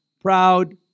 proud